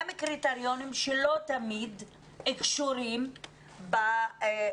בעיניי, הם קריטריונים שלא תמיד קשורים ביכולות